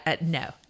no